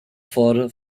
fora